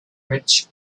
which